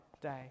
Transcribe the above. day